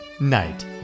Night